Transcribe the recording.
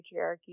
patriarchy